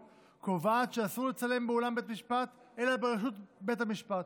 קובעת שאסור לצלם באולם בית משפט אלא ברשות בית המשפט.